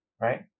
right